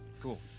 Cool